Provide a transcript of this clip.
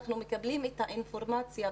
אנחנו מקבלים את האינפורמציה,